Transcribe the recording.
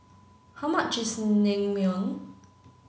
how much is Naengmyeon